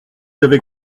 avec